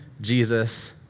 Jesus